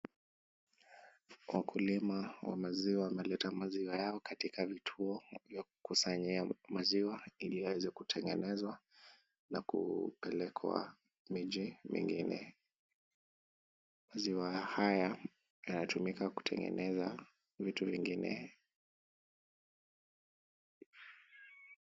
Wakulima wa maziwa wameleta maziwa yao katika vituo vya kukusanyia maziwa ili waweze kutengenezwa na kupelekwa miji mingine. Maziwa haya yanatumika kutengeneza vitu vingine.